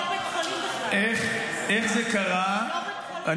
איך זה קרה --- אמרתי שזה לא בית חולים בכלל.